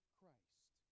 christ